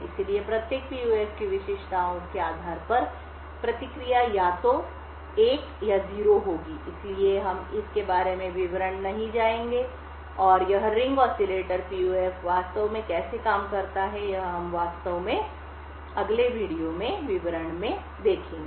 इसलिए प्रत्येक PUF की विशेषताओं के आधार पर प्रतिक्रिया या तो 1 या 0 होगी इसलिए हम इसके बारे में विवरण में नहीं जाएंगे और यह रिंग ऑसिलेटर्स PUF वास्तव में कैसे काम करता है यह हम वास्तव में अगले वीडियो के लिए रखेंगे